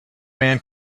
man